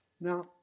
Now